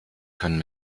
können